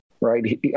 right